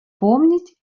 помнить